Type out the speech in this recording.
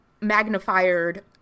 magnified